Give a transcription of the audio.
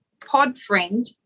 Podfriend